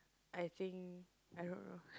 I think I don't know